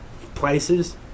places